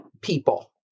people